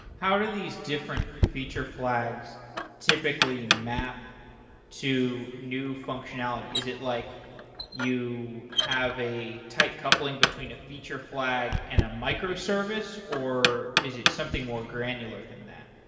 how do these different feature flags typically map to new functionality? is it like you have a tight coupling between a feature flag and a micro-service or is it something more granular than that?